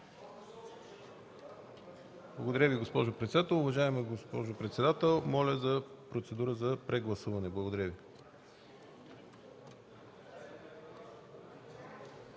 Благодаря Ви, госпожо председател. Уважаема госпожо председател, моля за процедура за прегласуване. Благодаря Ви.